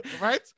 Right